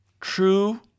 True